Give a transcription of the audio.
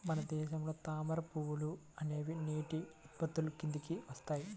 మన దేశంలో తామర పువ్వులు అనేవి నీటి ఉత్పత్తుల కిందికి వస్తాయి